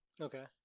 Okay